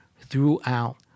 throughout